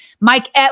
Mike